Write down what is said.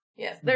Yes